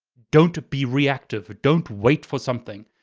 don't be reactive. don't wait for something.